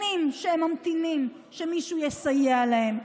שנים הם ממתינים שמישהו יסייע להם.